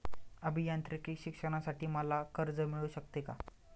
अभियांत्रिकी शिक्षणासाठी मला कर्ज मिळू शकते का?